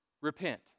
Repent